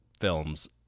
films